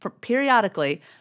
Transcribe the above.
periodically